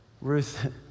Ruth